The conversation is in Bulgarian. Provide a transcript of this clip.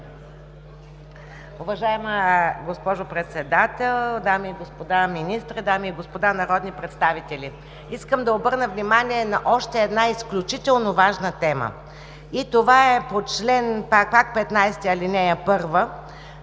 Уважаема госпожо Председател, дами и господа министри, дами и господа народни представители! Искам да обърна внимание на още една изключително важна тема. Това е по чл. 15, ал. 1 –